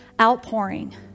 outpouring